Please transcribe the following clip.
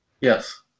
Yes